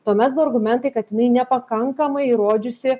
tuomet buvo argumentai kad jinai nepakankamai įrodžiusi